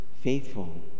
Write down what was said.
faithful